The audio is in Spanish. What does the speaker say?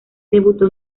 debutó